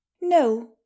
No